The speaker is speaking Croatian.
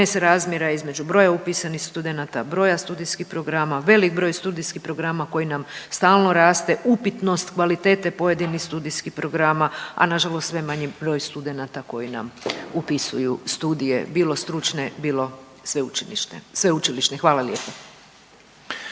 nesrazmjera između broja upisanih studenata, broja studijskih programa, velik broj studijskih programa koji nam stalno raste, upitnost kvalitete pojedinih studijskih programa, a nažalost sve manje broj studenata koji nam upisuju studije, bilo stručne, bilo sveučilišne. Hvala lijepo.